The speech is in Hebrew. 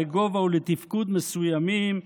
לגובה ולתפקוד מסוימים.